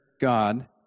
God